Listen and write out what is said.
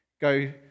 go